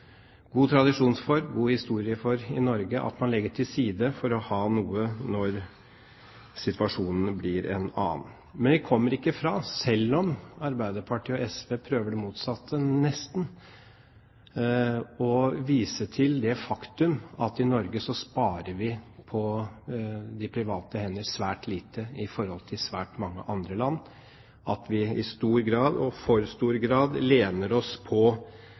god tradisjon for i Norge at man legger til side for å ha noe når situasjonen blir en annen. Men vi kommer ikke fra, selv om Arbeiderpartiet og SV nesten prøver det motsatte, å vise til det faktum at i Norge sparer vi på private hender svært lite i forhold til svært mange andre land, at vi i stor grad – og for stor grad – lener oss på